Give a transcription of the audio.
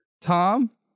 tom